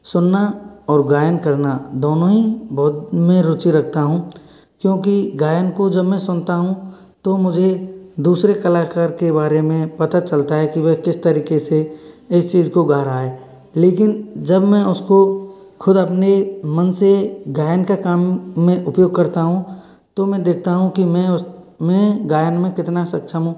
सुनना और गायन करना दोनों ही बहुत में रुचि रखता हूँ क्योंकि गायन को जब मैं सुनता हूँ तो मुझे दूसरे कलाकार के बारे में पता चलता है कि वह किस तरीके से इस चीज़ को गा रहा है लेकिन जब मैं उसको खुद अपने मन से गायन का काम में उपयोग करता हूँ तो मैं देखता हूँ कि मैं उस में गायन में कितना सक्षम हूँ